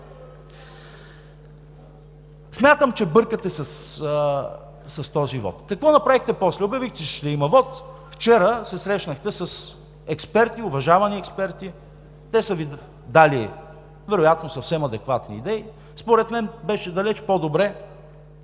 Смятам, че бъркате с този вот. Какво направихте после? Обявихте, че ще има вот. Вчера се срещнахте с експерти, уважавани експерти. Те са Ви дали вероятно съвсем адекватни идеи. Според мен беше далеч по-добре,